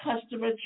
customer